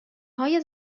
های